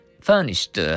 furnished